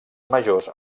majors